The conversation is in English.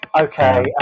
Okay